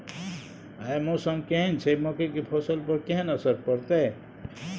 आय मौसम केहन छै मकई के फसल पर केहन असर परतै?